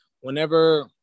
whenever